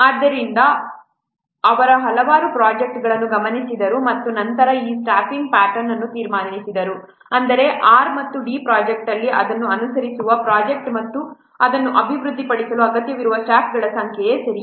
ಆದ್ದರಿಂದ ಅವರು ಹಲವಾರು ಪ್ರೊಜೆಕ್ಟ್ಗಳನ್ನು ಗಮನಿಸಿದ್ದಾರೆ ಮತ್ತು ನಂತರ ಈ ಸ್ಟಾಫ್ಯಿಂಗ್ ಪ್ಯಾಟರ್ನ್ ಅನ್ನು ತೀರ್ಮಾನಿಸಿದರು ಅಂದರೆ R ಮತ್ತು D ಪ್ರೊಜೆಕ್ಟ್ ಅಲ್ಲಿ ಅದನ್ನು ಅನುಸರಿಸುವ ಪ್ರೊಜೆಕ್ಟ್ ಅನ್ನು ಅಭಿವೃದ್ಧಿಪಡಿಸಲು ಅಗತ್ಯವಿರುವ ಸ್ಟಾಫ್ಗಳ ಸಂಖ್ಯೆ ಸರಿಯೇ